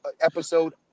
episode